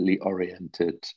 oriented